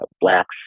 blacks